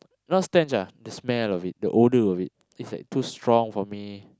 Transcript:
not stench ah the smell of it the odour of it it's like too strong for me